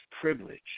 privilege